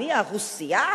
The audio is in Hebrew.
אני ה"רוסייה",